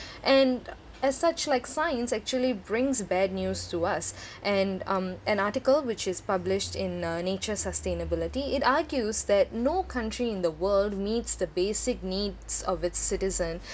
and as such like science actually brings bad news to us and um an article which is published in uh nature sustainability it argues that no country in the world meets the basic needs of its citizens